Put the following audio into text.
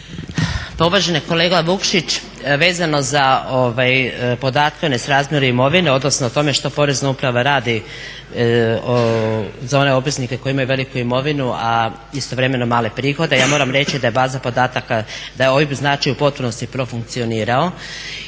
Pa uvaženi kolega Vukšić, vezano za podatke o nesrazmjeru imovine, odnosno o tome što Porezna uprava radi za one obveznike koji imaju veliku imovinu, a istovremeno male prihode, ja moram reći da je baza podataka, da je OIB znači u potpunosti profunkcionirao